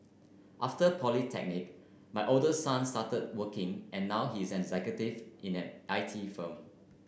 after polytechnic my oldest son started working and now he's an executive in an I T firm